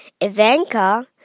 Ivanka